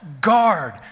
Guard